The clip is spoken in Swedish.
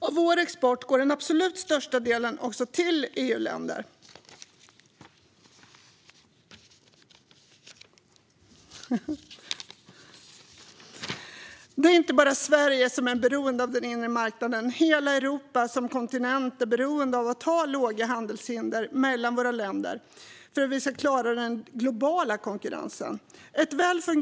Av vår export går den absolut största delen till EU-länder. Det är inte bara Sverige som är beroende av den inre marknaden, utan hela Europa som kontinent är beroende av att vi har låga handelshinder mellan våra länder för att vi ska klara den globala konkurrensen.